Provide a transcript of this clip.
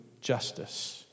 justice